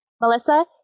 Melissa